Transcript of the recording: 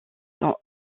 sont